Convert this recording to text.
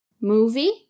movie